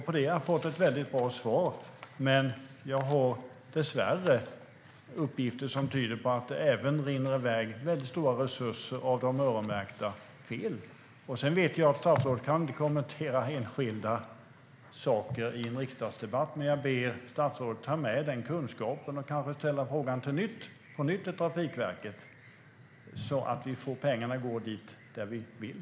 På det har jag fått ett väldigt bra svar, men jag har dessvärre uppgifter som tyder på att stora resurser av de öronmärkta rinner iväg fel. Jag vet att statsrådet inte kan kommentera enskilda saker i en riksdagsdebatt, men jag ber henne att ta med kunskapen och kanske ställa frågan på nytt till Trafikverket så att vi får pengarna att gå dit vi vill.